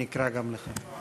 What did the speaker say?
נקרא גם לך.